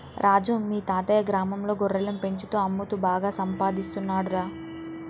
రాజు మీ తాతయ్యా గ్రామంలో గొర్రెలను పెంచుతూ అమ్ముతూ బాగా సంపాదిస్తున్నాడురా